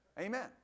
Amen